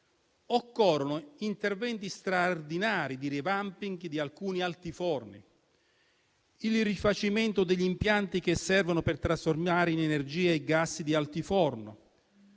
Occorrono interventi straordinari di *revamping* di alcuni altiforni, il rifacimento degli impianti che servono per trasformare in energie i gas di altoforno,